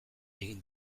egin